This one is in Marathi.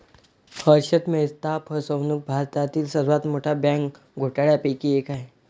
हर्षद मेहता फसवणूक भारतातील सर्वात मोठ्या बँक घोटाळ्यांपैकी एक आहे